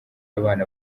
abana